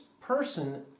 person